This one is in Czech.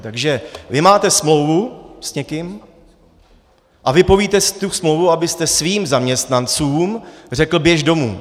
Takže vy máte smlouvu s někým a vypovíte si tu smlouvu, abyste svým zaměstnancům řekl: běž domů.